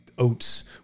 oats